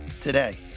today